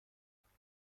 مونده